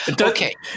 okay